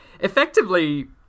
effectively